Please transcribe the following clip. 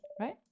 right